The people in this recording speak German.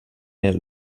mehr